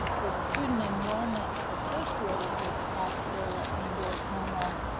the student enrollment associated with osceola and ortona